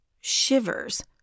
shivers